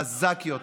חזק יותר.